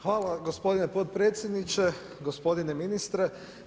Hvala vam gospodine potpredsjedniče, gospodine ministre.